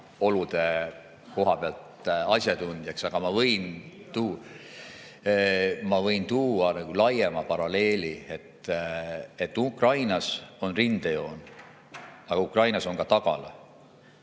olude asjatundjaks. Aga ma võin tuua laiema paralleeli. Ukrainas on rindejoon, aga Ukrainas on ka tagala